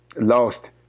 lost